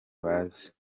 baze